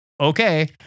Okay